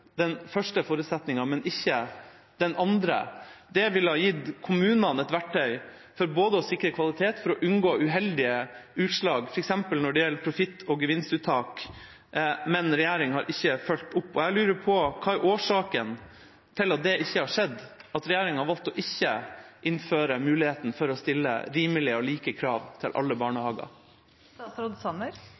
den første forutsetningen, men ikke den andre. Det ville gitt kommunene et verktøy for både å sikre kvalitet og å unngå uheldige utslag, f.eks. når det gjelder profitt og gevinstuttak, men regjeringa har ikke fulgt det opp. Jeg lurer på hva som er årsaken til at det ikke har skjedd, at regjeringa har valgt ikke å innføre en mulighet til å stille rimelige og like krav til alle